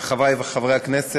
ספורטאים מבוטחים),